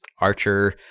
Archer